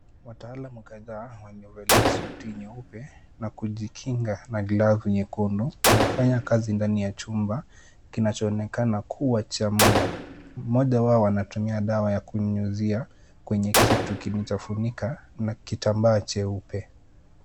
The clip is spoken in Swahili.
Wataalamu kadha wamevalia suti nyeupe na kujikinga na glavu nyekundu, wanafanya kazi ndani ya chumba kinachoonekana kuwa cha muda. Mmoja wao anatumia dawa ya kunyunyuzia kwenye kitu kilichofunika na kitambaa cheupe.